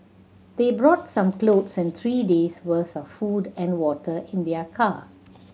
they brought some cloth and three day's worth of food and water in their car